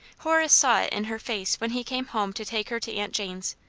horace saw it in her face when he came home to take her to aunt jane's,